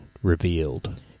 Revealed